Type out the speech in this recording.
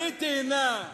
עלה תאנה,